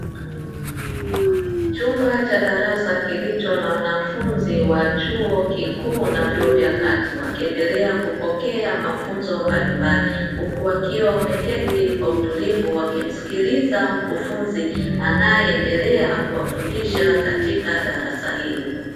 Chumba cha darasa kilicho na wanafunzi wa chuo kikuu na vyuo vya kati, wakiendelea kupokea mafunzo mbalimbali, huku wakiwa wameketi kwa utulivu wakimsikiliza mkufunzi anayeendelea kuwafundisha katika darasa hilo.